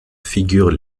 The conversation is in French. figures